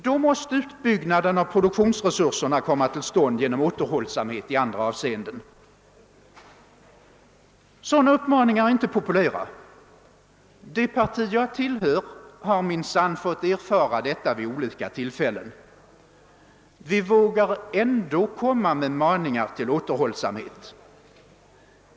Då måste utbyggnaden av produklionsresurserna komma till stånd genom återhållsamhet i andra avseenden. Sådana uppmaningar är inte populära. Det parti jag tillhör har minsann fått erfara detta vid olika tillfällen. Vi vågar ändå framföra maningar till återhållsamhet.